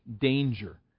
danger